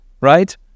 right